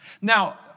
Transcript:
Now